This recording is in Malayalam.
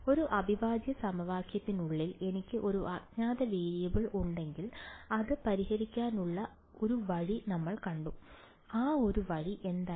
ഒരു അവിഭാജ്യ സമവാക്യത്തിനുള്ളിൽ എനിക്ക് ഒരു അജ്ഞാത വേരിയബിൾ ഉണ്ടെങ്കിൽ അത് പരിഹരിക്കാനുള്ള ഒരു വഴി നമ്മൾ കണ്ടു ആ ഒരു വഴി എന്തായിരുന്നു